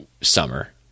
summer